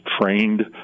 trained